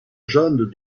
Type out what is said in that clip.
jeanne